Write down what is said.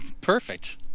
perfect